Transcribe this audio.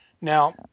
Now